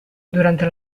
durante